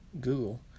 Google